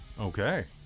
Okay